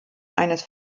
eines